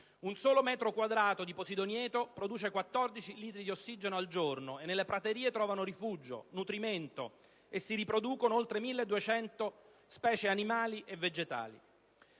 un solo metro quadrato di posidonieto produce 14 litri di ossigeno al giorno, e nelle praterie trovano rifugio, nutrimento e si riproducono oltre 1.200 specie animali e vegetali.